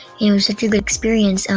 it was such a good experience.